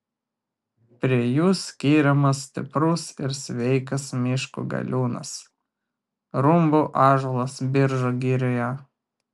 prie jų skiriamas stiprus ir sveikas miško galiūnas rumbų ąžuolas biržų girioje